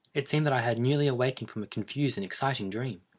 it seemed that i had newly awakened from a confused and exciting dream.